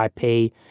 IP